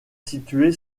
située